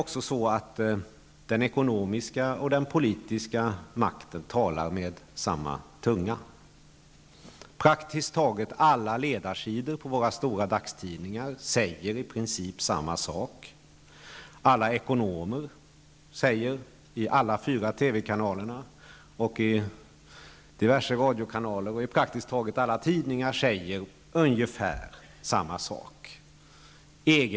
I dag talar den ekonomiska och politiska makten med samma tunga. På praktiskt taget alla ledarsidor i våra stora dagstidningar sägs i princip samma sak. Alla ekonomer i de fyra TV-kanalerna, i diverse radiokanaler och i praktiskt taget alla tidningar säger ungefär samma sak.